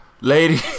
lady